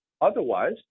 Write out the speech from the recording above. Otherwise